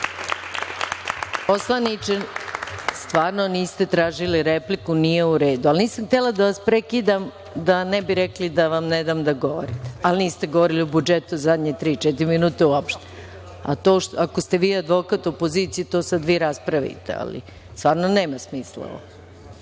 Poslaničke, stvarno niste tražili repliku, nije u redu, ali nisam htela da vas prekidam da ne bi rekli da vam ne dam da govorite, ali niste govorili o budžetu zadnje tri-četiri minute uopšte. Ako ste vi advokat opozicije, to sad vi raspravite, ali stvarno nema smisla. Izvolite.